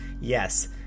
yes